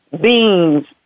Beans